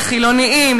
לחילונים,